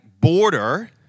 border